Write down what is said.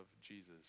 Jesus